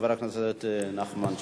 חבר הכנסת נחמן שי.